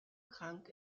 krank